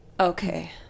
Okay